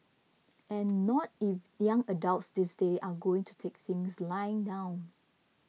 and not if young adults these days are going to take things lying down